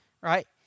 right